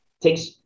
takes